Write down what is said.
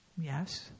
Yes